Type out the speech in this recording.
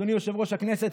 אדוני יושב-ראש הכנסת,